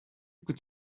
could